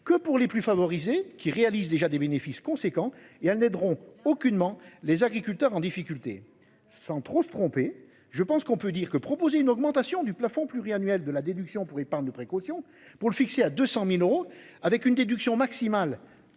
Que pour les plus favorisés qui réalise déjà des bénéfices conséquents et elles n'aideront aucunement les agriculteurs en difficulté sans trop se tromper. Je pense qu'on peut dire que proposer une augmentation du plafond pluriannuel de la déduction pour l'épargne de précaution pour le fixer à 200.000 euros avec une déduction maximale